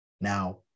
Now